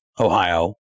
Ohio